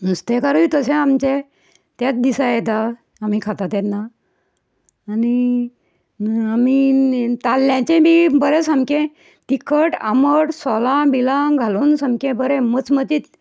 नुस्तेकारूय तशेंच आमचे त्याच दिसा येता आमी खाता तेन्ना आनी आमी ताल्ल्यांचें बी बरें सामकें तिखट आमट सोलां बिलां घालून सामकें बरें मचमचीत